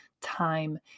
time